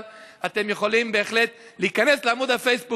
אבל אתם יכולים בהחלט להיכנס לעמוד הפייסבוק